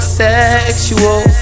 sexual